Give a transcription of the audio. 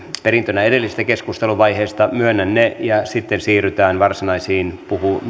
perintönä edellisestä keskusteluvaiheesta myönnän ne ja sitten siirrytään varsinaisiin